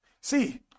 See